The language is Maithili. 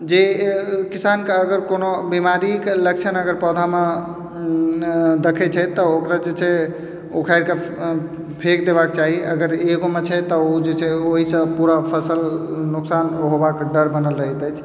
जे किसानके अगर कोनो बिमारीके लक्षण अगर पौधामे देखै छै तऽ ओकरा जे छै उखाड़िके फेँक देबाके चाही अगर एगोमे छै तऽ ओ जे छै ओहिसँ पूरा फसल नोकसान होबाके डर बनल रहैत अछि